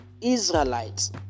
Israelites